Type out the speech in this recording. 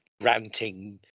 ranting